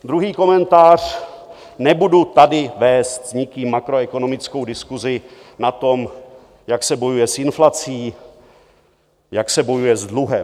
Druhý komentář: Nebudu tady vést s nikým makroekonomickou diskusi o tom, jak se bojuje s inflací, jak se bojuje s dluhem.